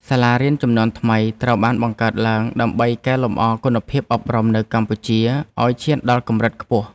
សាលារៀនជំនាន់ថ្មីត្រូវបានបង្កើតឡើងដើម្បីកែលម្អគុណភាពអប់រំនៅកម្ពុជាឱ្យឈានដល់កម្រិតខ្ពស់។